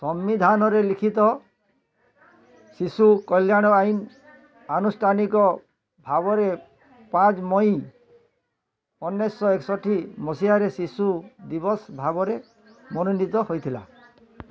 ସମ୍ବିଧାନରେ ଲିଖିତ ଶିଶୁ କଲ୍ୟାଣ ଆଇନ୍ ଆନୁଷ୍ଠାନିକ ଭାବରେ ପାଞ୍ଚ ମେ ଉଣେଇଶଶହ ଏକଷଠି ମସିହାରେ ଶିଶୁ ଦିବସ ଭାବରେ ମନୋନୀତ ହୋଇଥିଲା